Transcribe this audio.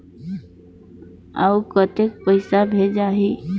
अउ कतेक पइसा भेजाही?